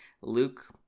Luke